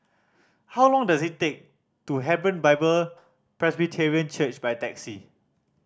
how long does it take to Hebron Bible Presbyterian Church by taxi